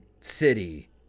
city